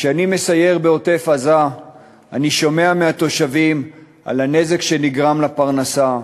כשאני מסייר בעוטף-עזה אני שומע מהתושבים על הנזק שנגרם לפרנסה,